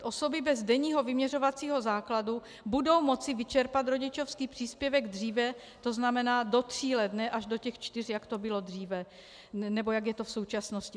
Osoby bez denního vyměřovacího základu budou moci vyčerpat rodičovský příspěvek dříve, to znamená do tří let, ne až do těch čtyř, jak to bylo dříve, nebo jak je to v současnosti.